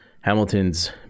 Hamilton's